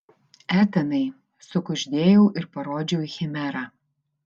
etanai sukuždėjau ir parodžiau į chimerą